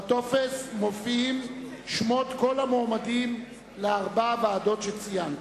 בטופס מופיעים שמות כל המועמדים לארבע הוועדות שציינתי.